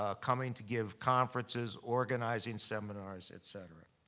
ah coming to give conferences, organizing seminars, et cetera.